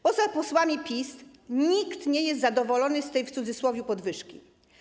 Poza posłami PiS nikt nie jest zadowolony z tej, mówiąc w cudzysłowie, podwyżki.